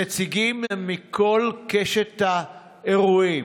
נציגים מכל קשת האירועים,